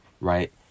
right